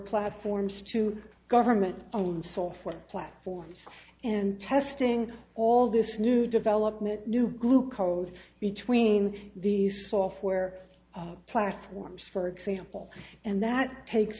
platforms to government owned software platforms and testing all this new development new glue code between these software platforms for example and that takes